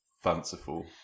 fanciful